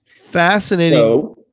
Fascinating